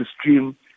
stream